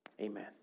amen